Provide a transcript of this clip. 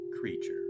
creature